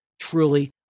truly